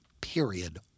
period